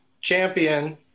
champion